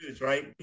Right